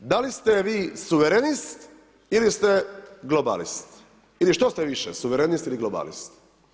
Da li ste vi suverenist ili ste globalist, ili što ste više, suverenist ili globalist?